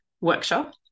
workshop